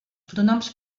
pronoms